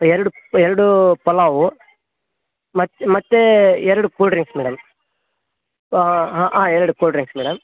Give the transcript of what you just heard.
ಎರಡು ಎರಡು ಪಲಾವು ಮತ್ತು ಎರಡು ಕೂಲ್ ಡ್ರಿಂಕ್ಸ್ ಮೇಡಮ್ ಹಾಂ ಎರಡು ಕೂಲ್ ಡ್ರಿಂಕ್ಸ್ ಮೇಡಮ್